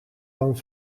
dan